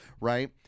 Right